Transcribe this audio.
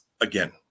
again